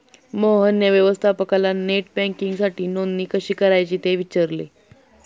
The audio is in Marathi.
मोहनने व्यवस्थापकाला नेट बँकिंगसाठी नोंदणी कशी करायची ते विचारले